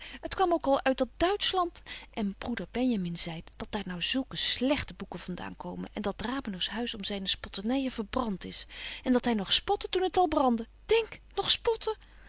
t kwam ook al uit dat duitschland en broeder benjamin zeidt dat daar nou zulke slegte boeken van daan komen en dat rabeners huis om zyne spotternyën verbrant is en dat hy nog spotte toen het al brandde denk nog spotte